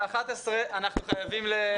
בשעה 11:00 אנחנו חייבים לסיים.